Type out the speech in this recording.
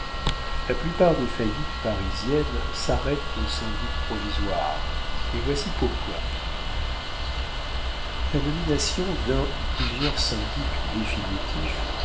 la plupart des faillites parisiennes s'arrêtent aux syndics provisoires et voici pourquoi la nomination d'un ou plusieurs syndics définitifs